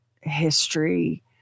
history